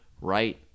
right